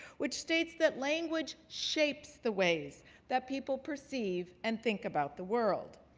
which states that language shapes the ways that people perceive and think about the world.